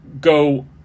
go